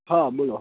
હા બોલો